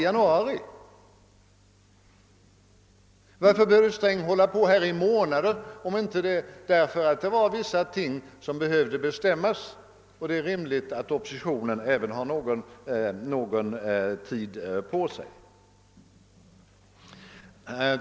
Varför vill herr Sträng hålla på i månader, om det inte vore därför att ytterligare en del ting måste bestämmas. Det är därför rimligt att även oppositionen får en viss tid på sig.